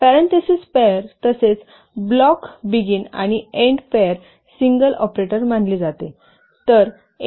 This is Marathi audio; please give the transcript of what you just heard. प्यारेंथेसिस पेयेंर तसेच ब्लॉक बिगिन आणि एन्ड पेयेंर सिंगल ऑपरेटर मानली जाते